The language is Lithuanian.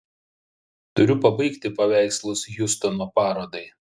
turiu pabaigti paveikslus hjustono parodai